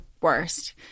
worst